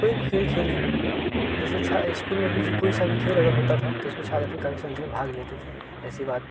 कोई भी खेल खेले जैसे स्कूल में भी कोई सा भी खेल अगर होता था तो उसमें छात्र काफ़ी संख्या में भाग लेते थे ऐसी बात